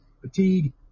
fatigue